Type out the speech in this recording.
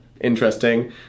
interesting